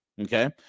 Okay